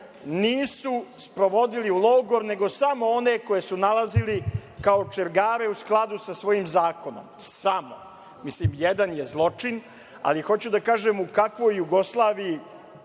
nisu sprovodili u logor, nego samo one koje su nalazili kao čergare u skladu sa svojim zakonom. Samo, mislim jedan je zločin, ali hoću da kažem u kakvoj Jugoslaviji